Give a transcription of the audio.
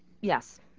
Yes